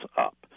up